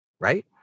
right